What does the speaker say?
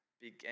began